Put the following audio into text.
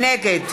נגד